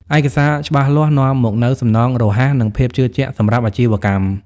ឯកសារច្បាស់លាស់ នាំមកនូវសំណងរហ័ស និងភាពជឿជាក់សម្រាប់អាជីវកម្ម"។